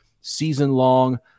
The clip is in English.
season-long